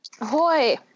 Ahoy